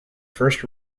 first